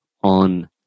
on